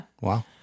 Wow